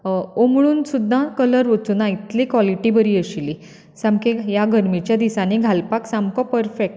उमळून सुद्दां कलर वचूंक ना इतली क्वॉलिटी बरी आशिल्ली सामकें ह्या गर्मेच्या दिसांनी घालपाक सामको परफॅक्ट